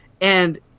and-